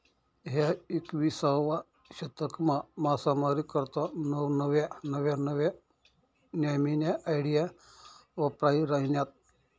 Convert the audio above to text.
ह्या एकविसावा शतकमा मासामारी करता नव्या नव्या न्यामीन्या आयडिया वापरायी राहिन्यात